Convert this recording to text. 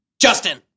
Justin